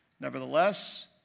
Nevertheless